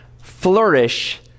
flourish